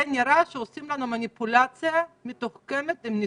זה נראה שעושים לנו מניפולציה מתוחכמת עם הנתונים.